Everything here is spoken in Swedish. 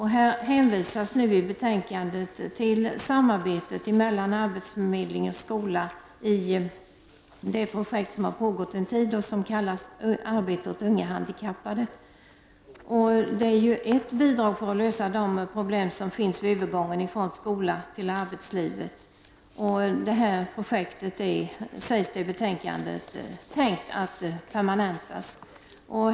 Här hänvisas nu i betänkandet till samarbetet mellan arbetsförmedling och skola i det projekt som har pågått en tid och som kallas Arbete åt unga handikappade. Det är ett bidrag när det gäller att lösa de problem som finns vid övergången från skolan till arbetslivet, och det sägs i betänkandet att detta projekt är tänkt att permanentas.